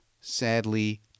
sadly